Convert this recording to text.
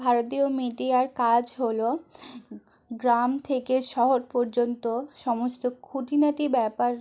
ভারতীয় মিডিয়ার কাজ হলো গ্রাম থেকে শহর পর্যন্ত সমস্ত খুঁটিনাটি ব্যাপার